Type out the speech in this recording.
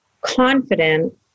confident